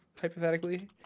Hypothetically